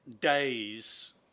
days